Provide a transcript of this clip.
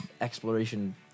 exploration